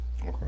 Okay